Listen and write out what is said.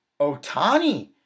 Otani